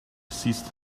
ceased